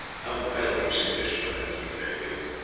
how well these english women keep their youth!